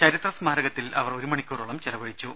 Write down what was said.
ചരിത്ര സ്മാരകത്തിൽ അവർ ഒരു മണിക്കൂറോളം ചെലവഴിച്ചു